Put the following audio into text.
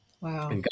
Wow